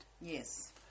Yes